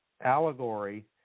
allegory